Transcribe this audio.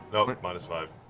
no, minus five.